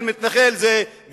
יריקה של מתנחל זה גשם